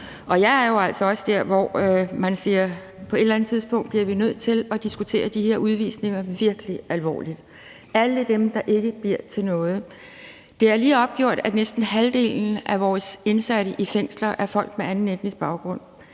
eller andet tidspunkt bliver nødt til at diskutere de her udvisninger virkelig alvorligt, altså alle dem, der ikke bliver til noget. Det er lige opgjort, at næsten halvdelen af vores indsatte i fængslerne er folk med anden etnisk baggrund.